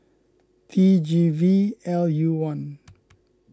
T G V L U one